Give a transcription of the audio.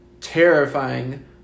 terrifying